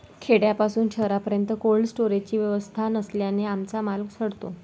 खेड्यापासून शहरापर्यंत कोल्ड स्टोरेजची व्यवस्था नसल्याने आमचा माल सडतो